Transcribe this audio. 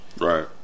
right